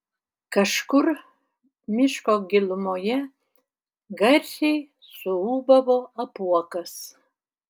kažkur miško gilumoje garsiai suūbavo apuokas